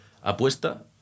apuesta